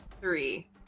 Three